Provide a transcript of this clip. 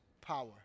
power